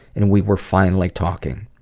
and we were finally talking.